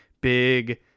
big